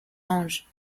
lange